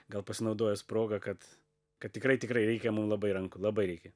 gal pasinaudojęs proga kad kad tikrai tikrai reikia mum labai rankų labai reikia